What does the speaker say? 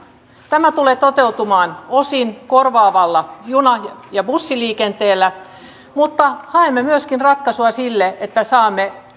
tämä tulee toteutumaan osin korvaavalla juna ja ja bussiliikenteellä mutta haemme myöskin ratkaisua siihen että saamme